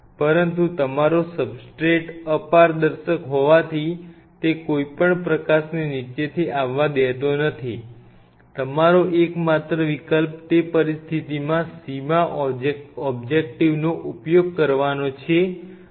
પરંતુ તમારો સબસ્ટ્રેટ અપારદર્શક હોવાથી તે કોઈ પણ પ્રકાશને નીચેથી આવવા દેતો નથી તમારો એકમાત્ર વિકલ્પ તે પરિસ્થિતિમાં સીધા ઓબ્જેક્ટિવનો ઉપયોગ કરવાનો છે